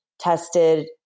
tested